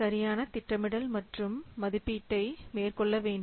சரியான திட்டமிடல் மற்றும் மதிப்பீட்டை மேற்கொள்ள வேண்டும்